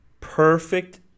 perfect